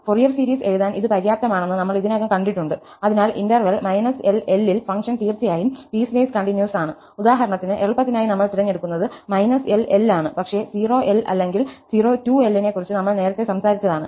Fourier series എഴുതാൻ ഇത് പര്യാപ്തമാണെന്ന് നമ്മൾ ഇതിനകം കണ്ടിട്ടുണ്ട്അതിനാൽ ഇന്റർവെൽ −L L ൽ ഫംഗ്ഷൻ തീർച്ചയായും പീസ് വേസ് കണ്ടിന്യൂസ് ആണ് ഉദാഹരണത്തിന് എളുപ്പത്തിനായി നമ്മൾ തിരഞ്ഞെടുക്കുന്നത് −L L ആണ് പക്ഷേ 0 L അല്ലെങ്കിൽ 02L നെക്കുറിച് നമ്മൾ നേരത്തെ സംസാരിച്ചതാണ്